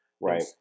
Right